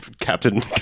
captain